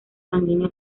sanguíneo